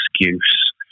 excuse